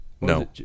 No